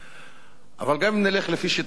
אבל גם אם נלך לפי שיטתה של הממשלה,